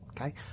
Okay